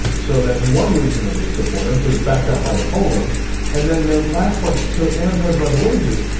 so that's one reason that they support him. so it's backed up by the polling and then the last part, so anna talked about the wages,